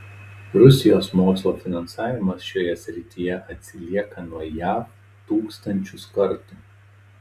rusijos mokslo finansavimas šioje srityje atsilieka nuo jav tūkstančius kartų